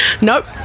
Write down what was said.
Nope